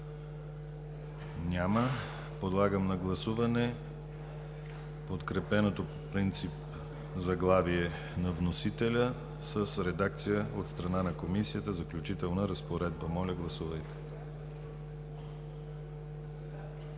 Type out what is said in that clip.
Няма. Подлагам на гласуване подкрепеното по принцип заглавие на вносителя с редакция от страна на Комисията „Заключителна разпоредба“. Гласуваме